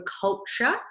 culture